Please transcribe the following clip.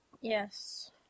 Yes